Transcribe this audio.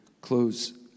close